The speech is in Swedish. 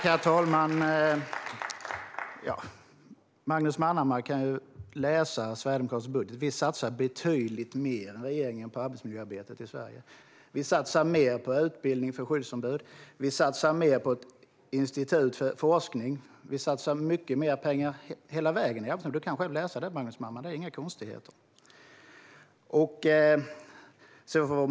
Herr talman! Magnus Manhammar kan ju läsa Sverigedemokraternas budget. Vi satsar betydligt mer än regeringen på arbetsmiljöarbetet i Sverige. Vi satsar mer på utbildning för skyddsombud och på ett institut för forskning. Vi satsar mycket mer pengar hela vägen på arbetsmiljö. Du kan själv läsa det, Magnus Manhammar - det är inga konstigheter.